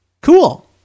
Cool